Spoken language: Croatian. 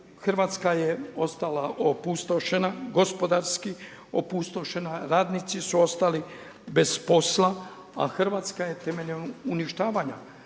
Hrvatska je ostala opustošena gospodarski, radnici su ostali bez posla, a Hrvatska je temeljem uništavanja